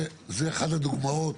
זו אחת הדוגמאות,